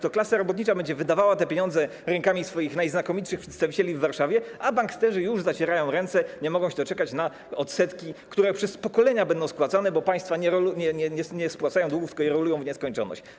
To klasa robotnicza będzie wydawała te pieniądze rękami swoich najznakomitszych przedstawicieli w Warszawie, a banksterzy już zacierają ręce, nie mogą się doczekać odsetek, które przez pokolenia będą spłacane, bo państwa nie spłacają długów, tylko je rolują w nieskończoność.